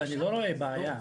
ואני לא רואה בעיה.